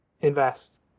invest